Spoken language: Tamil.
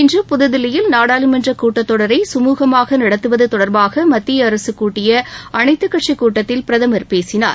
இன்று புதுதில்லியில் நாடாளுமன்ற கூட்டத்தொடரை சுமூகமாக நடத்துவது தொடர்பாக மத்திய அரசு கூட்டிய அனைத்துக் கட்சி கூட்டத்தில் பிரதமர் பேசினார்